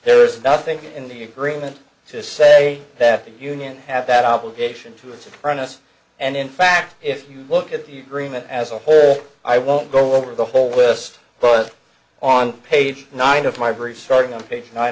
there's nothing in the agreement to say that the union have that obligation to its apprentice and in fact if you look at the green as a whole i won't go over the whole list but on page nine of my brief starting on page nine